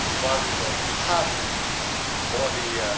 values of harmony or the